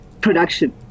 production